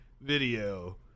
video